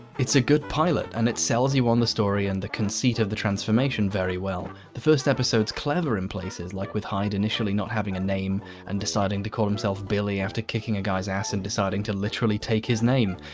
it's a good pilot, and it sells you on the story and the conceit of the transformation very well. the first episode is clever in places, like with hyde initially not having a name and deciding the call himself billy after kicking a guy's ass and deciding to literally take his name.